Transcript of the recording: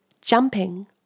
jumping